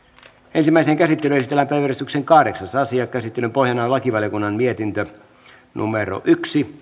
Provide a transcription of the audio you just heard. ensimmäiseen käsittelyyn esitellään päiväjärjestyksen kahdeksas asia käsittelyn pohjana on lakivaliokunnan mietintö yksi